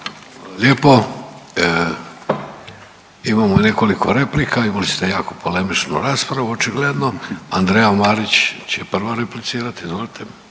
lijepo. Imamo nekolkko replika, imali ste jako polemičnu raspravu očigledno. Andreja Marić će prva replicirati, izvolite.